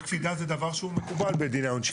קפידה זה דבר שהוא מקובל בדיני העונשין.